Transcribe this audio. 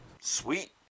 Sweet